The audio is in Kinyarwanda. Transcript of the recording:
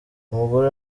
umugore